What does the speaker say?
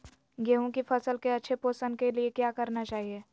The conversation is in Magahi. गेंहू की फसल के अच्छे पोषण के लिए क्या करना चाहिए?